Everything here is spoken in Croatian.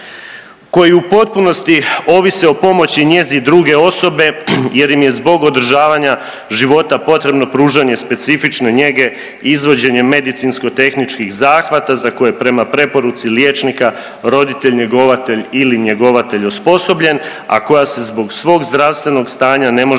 koji u potpunosti ovise o pomoći i njezi druge osobe jer im je zbog održavanja života potrebno pružanje specifične njege izvođenjem medicinsko-tehničkih zahvata za koje prema preporuci liječnika roditelj njegovatelj ili njegovatelj osposobljen, a koja se zbog svog zdravstvenog stanja ne može